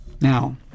Now